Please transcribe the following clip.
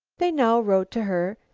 they now wrote to her,